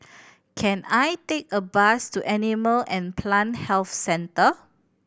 can I take a bus to Animal and Plant Health Centre